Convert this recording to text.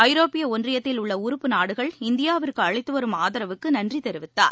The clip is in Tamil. ஐரோப்பிய ஒன்றியத்தில் உள்ள உறுப்பு நாடுகள் இந்தியாவிற்கு அளித்து வரும் ஆதரவுக்கு நன்றி தெரிவித்தார்